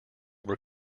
were